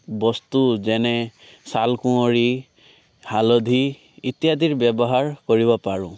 বস্তু যেনে চালকুঁৱৰি হালধি ইত্যাদিৰ ব্যৱহাৰ কৰিব পাৰোঁ